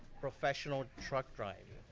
professional truck driving,